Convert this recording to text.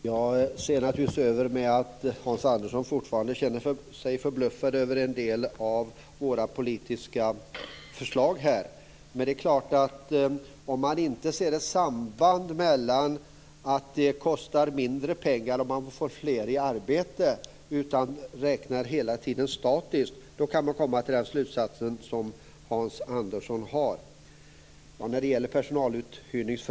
Fru talman! Jag har överseende med att Hans Andersson fortfarande känner sig förbluffad över en del av våra politiska förslag. Om man inte ser sambandet att det kostar mindre att ha fler i arbete utan hela tiden räknar statiskt, då går det att komma fram till Hans Anderssons slutsats.